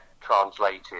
translated